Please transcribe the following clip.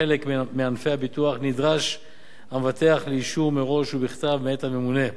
בחלק מענפי הביטוח נדרש המבטח לאישור מראש ובכתב מאת הממונה.